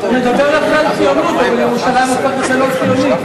אתה מדבר על ציונות, וירושלים הופכת ללא ציונית.